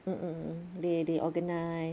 mm mm they they organize